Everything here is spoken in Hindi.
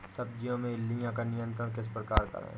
सब्जियों में इल्लियो का नियंत्रण किस प्रकार करें?